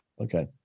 Okay